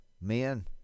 men